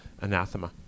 anathema